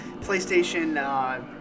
PlayStation